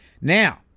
Now